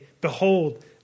Behold